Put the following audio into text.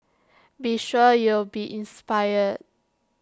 be sure you'll be inspired